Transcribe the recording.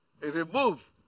remove